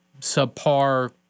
subpar